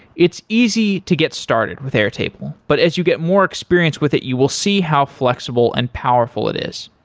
it's easy to get started with airtable, but as you get more experienced with it, you will see how flexible and powerful it is.